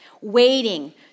waiting